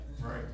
right